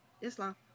Islam